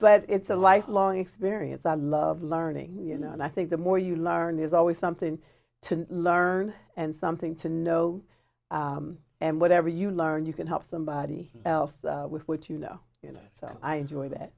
but it's a life long experience i love learning you know and i think the more you learn there's always something to learn and something to know and whatever you learn you can help somebody else with what you know you know so i enjoy that